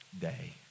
day